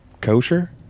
Kosher